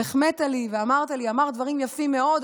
והחמאת לי ואמרת לי: אמרת דברים יפים מאוד,